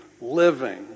living